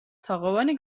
თაღოვანი